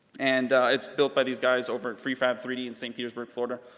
and it's built by these guys over at freefab three d in st. petersburg, florida.